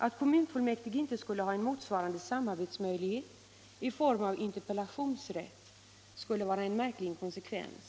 Att kommunfullmäktige inte skulle ha vara en märklig inkonsekvens. Tveksamheten på den här punkten är Onsdagen den nu undanröjd.